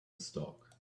stock